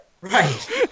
Right